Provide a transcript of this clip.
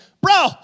Bro